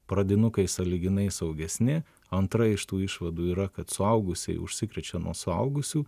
pradinukai sąlyginai saugesni antra iš tų išvadų yra kad suaugusieji užsikrečia nuo suaugusių